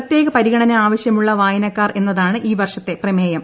പ്രത്യേക പരിഗണന ആവശ്യമുള്ള വായനക്കാർ എന്നതാണ് ഈ വർഷത്തെ പ്രമേയം